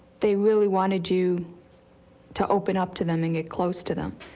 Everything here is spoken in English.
they really wanted you to open up to them and get close to them.